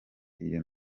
iyo